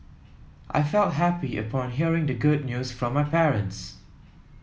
I felt happy upon hearing the good news from my parents